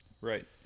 Right